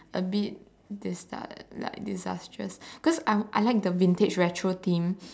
a bit disas~ like disastrous cause I I like the vintage retro theme